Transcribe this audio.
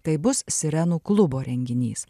tai bus sirenų klubo renginys